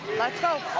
let's go.